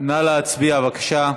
נא להצביע, בבקשה,